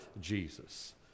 Jesus